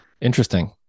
Interesting